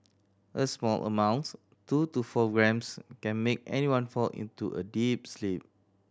a small amounts two to four grams can make anyone fall into a deep sleep